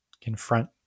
Confront